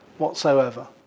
Whatsoever